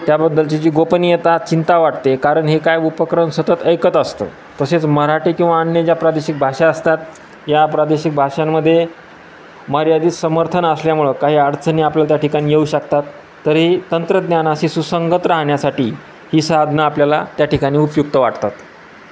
त्याबद्दलची जी गोपनीयता चिंता वाटते कारण हे काय उपकरण सतत ऐकत असतं तसेच मराठी किंवा अन्य ज्या प्रादेशिक भाषा असतात या प्रादेशिक भाषांमध्ये मर्यादित समर्थन असल्यामुळं काही अडचणी आपल्याला त्या ठिकाणी येऊ शकतात तरीही तंत्रज्ञानाशी सुसंगत राहण्यासाठी ही साधनं आपल्याला त्या ठिकाणी उपयुक्त वाटतात